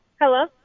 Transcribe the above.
Hello